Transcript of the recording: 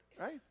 right